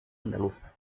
andaluza